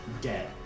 dead